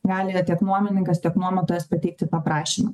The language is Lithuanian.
gali jie tiek nuomininkas tiek nuomotojas pateikti tą prašymą